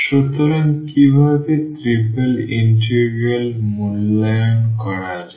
সুতরাং কীভাবে triple integral মূল্যায়ন করা যায়